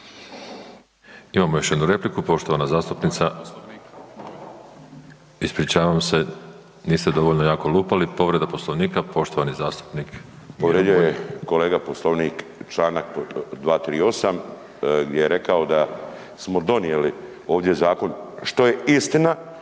Imamo još jednu repliku, poštovana zastupnica, ispričavam se, niste dovoljno jako lupali, povreda Poslovnika, poštovani zastupnik Miro Bulj. **Bulj, Miro (MOST)** Povrijedio je kolega Poslovnik, čl. 238., gdje je rekao smo donijeli ovdje zakon što je istina,